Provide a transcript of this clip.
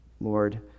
Lord